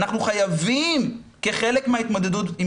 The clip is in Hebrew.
ואנחנו חייבים כחלק מההתמודדות עם